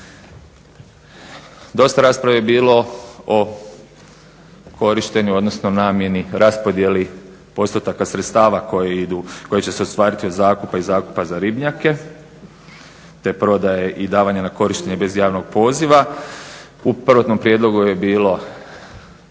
Dosta rasprave je bilo o korištenju, odnosno namjeni raspodjeli postotaka sredstava koji idu, koja će se ostvariti od zakupa i zakupa za ribnjake, te prodaje i davanja na korištenje bez javnog poziva. U prvotnom prijedlogu je bilo